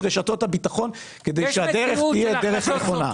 רשתות הביטחון כדי שהדרך תהיה דרך נכונה.